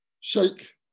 shake